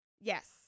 Yes